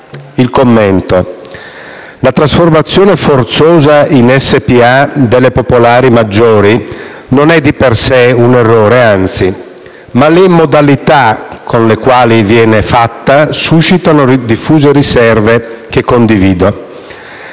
il commento: la trasformazione forzosa in società per azioni delle popolari maggiori non è di per sé un errore - anzi - ma le modalità con cui viene fatta suscitano diffuse riserve, che condivido.